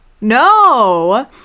no